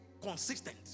consistent